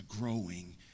growing